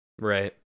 Right